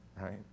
right